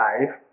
life